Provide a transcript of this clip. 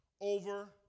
over